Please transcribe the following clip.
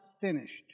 finished